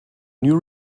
new